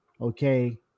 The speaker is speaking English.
okay